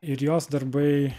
ir jos darbai